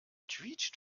quietscht